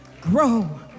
grow